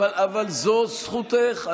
אבל זו זכותך,